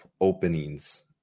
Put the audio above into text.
openings